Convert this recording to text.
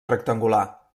rectangular